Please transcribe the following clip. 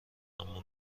اما